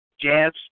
jazz